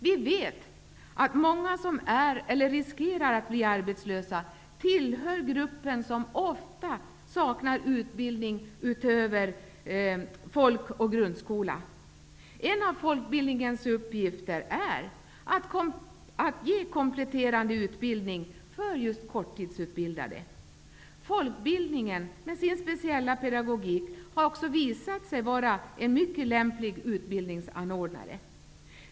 Vi vet att många som är, eller som riskerar att bli, arbetslösa tillhör gruppen som ofta saknar utbildning utöver folk och grundskola. En av folkbildningens uppgifter är att ge kompletterande utbildning för just korttidsutbildade. Folkbildningen, med sin speciella pedagogik, har visat sig vara en mycket lämplig utbildningsanordnare.